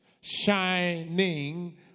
shining